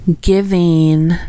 Giving